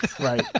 Right